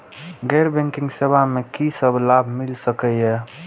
गैर बैंकिंग सेवा मैं कि सब लाभ मिल सकै ये?